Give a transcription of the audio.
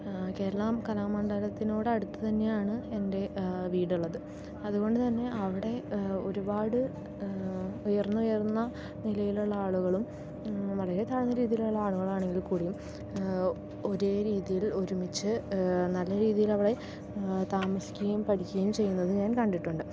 കേരളാ കലാമണ്ഡലത്തിനോട് അടുത്ത് തന്നെയാണ് എൻ്റെ വീടുള്ളത് അത് കൊണ്ടുതന്നെ അവിടെ ഒരുപാട് ഉയർന്ന് ഉയർന്ന നിലയിലുള്ള ആളുകളും വളരെ താഴ്ന്ന രീതിയിലുള്ള ആളുകളാണെങ്കിൽക്കൂടിയും ഒരേ രീതിയിൽ ഒരുമിച്ച് നല്ല രീതിയിൽ അവിടെ താമസിക്കുകയും പഠിക്കുകയും ചെയ്യുന്നത് ഞാൻ കണ്ടിട്ടുണ്ട്